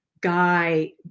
guy